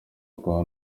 akaba